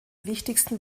wichtigsten